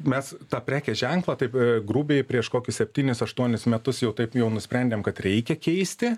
mes tą prekės ženklą taip grubiai prieš kokius septynis aštuonis metus jau taip jau nusprendėm kad reikia keisti